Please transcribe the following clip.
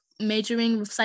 majoring